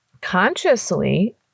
Consciously